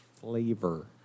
flavor